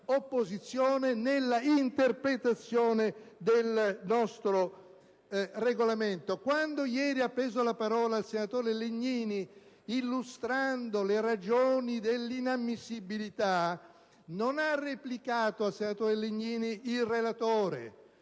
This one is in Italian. dell'opposizione nella interpretazione del nostro Regolamento. Quando ieri ha preso la parola il senatore Legnini illustrando le ragioni dell'inammissibilità, non ha replicato al senatore Legnini il relatore,